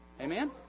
Amen